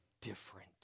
different